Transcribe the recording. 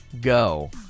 go